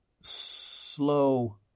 slow